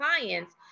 clients